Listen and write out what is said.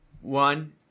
one